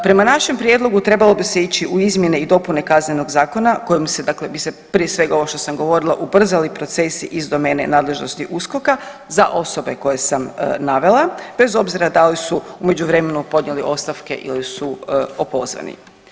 Prema našem prijedlogu trebalo bi se ići u izmjene i dopune Kaznenog zakona kojim se, dakle bi se prije svega ovo što sam govorila ubrzali procesi iz domene nadležnosti USKOK-a za osobe koje sam navela bez obzira da li su u međuvremenu podnijeli ostavke ili su opozvani.